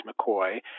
McCoy